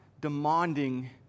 demanding